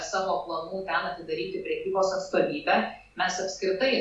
savo planų ten atidaryti prekybos atstovybę mes apskritai